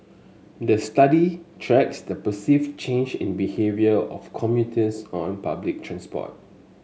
the study tracks the perceived change in behaviour of commutes on public transport